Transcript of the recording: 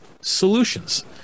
solutions